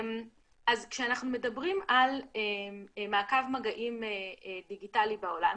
אז כשאנחנו מדברים על מעקב מגעים דיגיטלי בעולם,